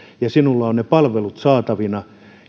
ja sinulla on ne palvelut saatavilla